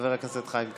חבר הכנסת חיים כץ.